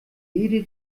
jede